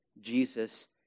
Jesus